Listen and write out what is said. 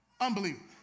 Unbelievable